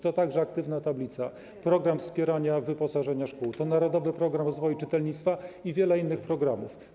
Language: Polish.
To także „Aktywna tablica”, program wspierania wyposażenia szkół, to „Narodowy program rozwoju czytelnictwa” i wiele innych programów.